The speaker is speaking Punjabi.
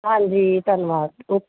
ਹਾਂਜੀ ਧੰਨਵਾਦ ਓਕੇ